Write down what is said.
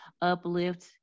uplift